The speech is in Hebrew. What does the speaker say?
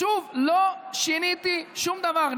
שוב, לא שיניתי שום דבר.